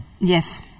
Yes